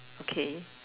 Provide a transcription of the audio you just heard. okay